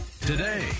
today